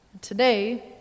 Today